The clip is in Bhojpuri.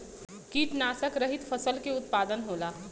कीटनाशक रहित फसल के उत्पादन होला